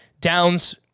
Downs